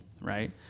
right